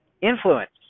influence